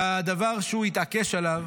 הדבר שהוא התעקש עליו הוא